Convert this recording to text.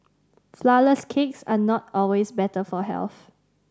flourless cakes are not always better for health